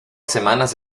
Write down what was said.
semanas